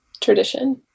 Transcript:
tradition